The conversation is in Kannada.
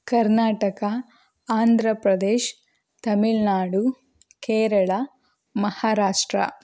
ಕರ್ನಾಟಕ ಆಂಧ್ರ ಪ್ರದೇಶ ತಮಿಳುನಾಡು ಕೇರಳ ಮಹಾರಾಷ್ಟ್ರ